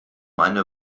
eine